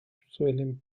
suelen